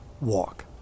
walk